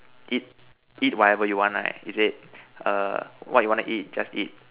eat eat whatever you want right is it err what you want to eat just eat